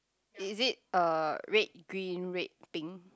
is it uh red green red pink